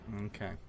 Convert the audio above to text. Okay